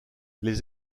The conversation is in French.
les